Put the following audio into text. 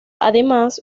además